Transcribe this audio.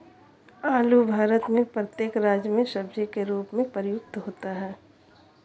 आलू भारत में प्रत्येक राज्य में सब्जी के रूप में प्रयुक्त होता है